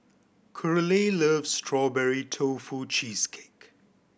Curley loves Strawberry Tofu Cheesecake